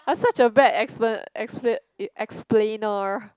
I'm such a bad explai~ explain explainer